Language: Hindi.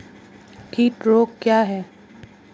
कीट रोग क्या है?